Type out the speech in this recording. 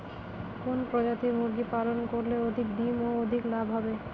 কোন প্রজাতির মুরগি পালন করলে অধিক ডিম ও অধিক লাভ হবে?